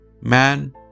man